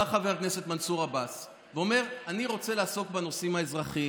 בא חבר הכנסת מנסור עבאס ואומר: אני רוצה לעסוק בנושאים האזרחיים,